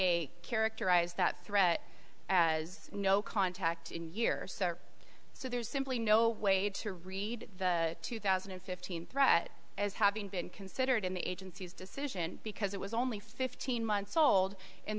a characterize that threat as no contact in years so there's simply no way to read the two thousand and fifteen threat as having been considered in the agency's decision because it was only fifteen months old and